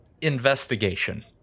investigation